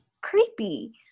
creepy